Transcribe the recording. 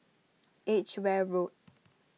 Edgeware Road